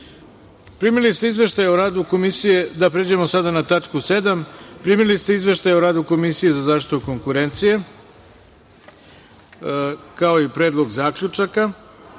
držati. Primili ste Izveštaj o radu Komisije sa zaštitu konkurencije, kao i predlog zaključaka. Molim